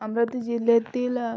अमरावती जिल्ह्यातील